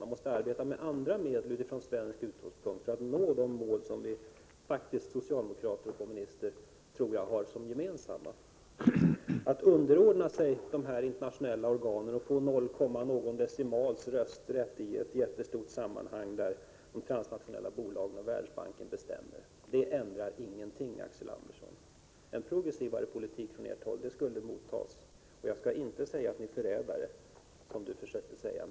Man måste arbeta med andra medel från svensk utgångspunkt för att nå de mål som jag faktiskt tror att socialdemokrater och vi kommunister har gemensamt. Det gäller att underordna sig de internationella organen och få någon tiondels rösträtt i ett mycket stort sammanhang, där de transnationella bolagen och Världsbanken bestämmer. Det ändrar ingenting, Axel Andersson. En progressivare politik från ert håll skulle godtas. Jag skall inte säga att ni är förrädare, som Axel Andersson själv försökte säga.